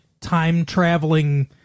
time-traveling